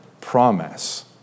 promise